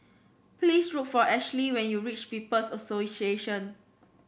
please look for Ashly when you reach People's Association